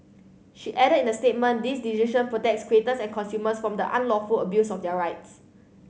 she added in a statement this decision protects creators and consumers from the unlawful abuse of their rights